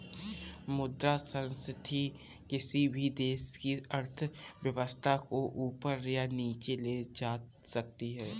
मुद्रा संस्फिति किसी भी देश की अर्थव्यवस्था को ऊपर या नीचे ले जा सकती है